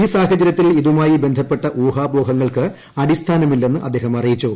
ഈ സാഹചര്യത്തിൽ ഇതുമായി ബന്ധപ്പെട്ട ഊഹാപോഹങ്ങൾക്ക് അടിസ്ഥാനമില്ലെന്ന് അദ്ദേഹം അറിയിച്ചു